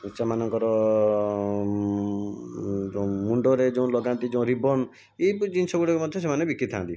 ଓ ସେମାନଙ୍କର ଯୋଉ ମୁଣ୍ଡରେ ଯୋଉ ଲଗାନ୍ତି ଯୋଉ ରିବନ୍ ଏହିପରି ଜିନିଷ ଗୁଡ଼ିକ ମଧ୍ୟ ସେମାନେ ବିକିଥାନ୍ତି